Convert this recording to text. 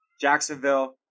Jacksonville